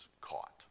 caught